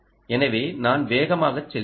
எனவே நான் வேகமாகச் செல்வேன்